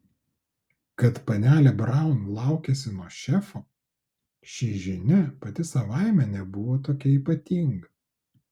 kad panelė braun laukiasi nuo šefo ši žinia pati savaime nebuvo tokia ypatinga